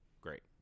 Great